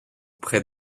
près